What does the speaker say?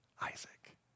Isaac